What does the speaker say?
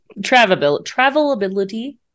travelability